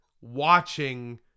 watching